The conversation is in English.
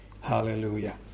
Hallelujah